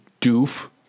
doof